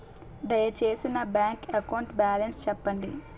దయచేసి నా bank account balance చెప్పండి